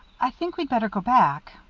i think we'd better go back.